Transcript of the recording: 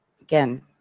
Again